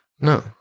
No